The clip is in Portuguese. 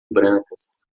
brancas